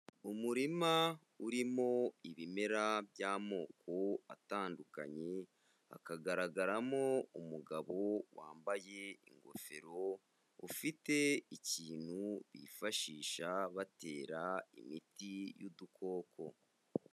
Umurima urimo ibimera by'amoko atandukanye, hakagaragaramo umugabo wambaye ingofero, ufite ikintu bifashisha batera imiti y'udukoko.